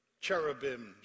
Cherubims